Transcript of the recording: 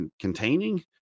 containing